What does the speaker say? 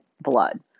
blood